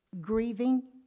grieving